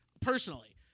Personally